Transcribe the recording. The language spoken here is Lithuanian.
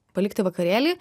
palikti vakarėlį